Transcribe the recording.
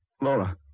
Laura